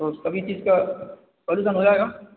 तो सभी चीज़ का सॉलूशन हो जाएगा